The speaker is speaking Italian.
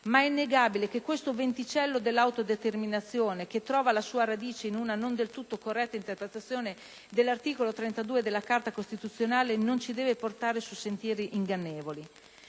ma è innegabile che questo venticello dell'autodeterminazione, che trova la sua radice in una non del tutto corretta interpretazione dell'articolo 32 della Carta costituzionale, non ci deve portare su sentieri ingannevoli.